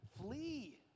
flee